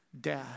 dad